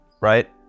right